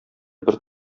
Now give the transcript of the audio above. бер